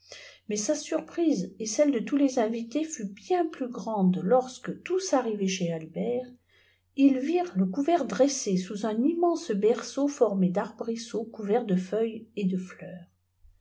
mais sa surprise et celle de tous les invités fut bien plu grande lorsque tous arrivés chez albert ils virent le couvert dressé sous un immense berceau fbrmé d'arbrisseaux couverts de feuilles et de fleurs